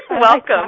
Welcome